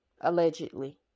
allegedly